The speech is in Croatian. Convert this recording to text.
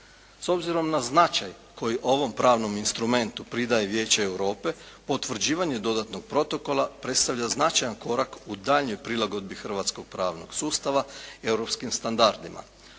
S obzirom na značaj koji ovom pravnom instrumentu pridaje Vijeće Europe, potvrđivanje dodatnog protokola predstavlja značajan korak u daljnjoj prilagodbi hrvatskog pravnog sustava europskim standardima.